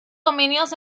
dominios